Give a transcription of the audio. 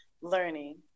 learning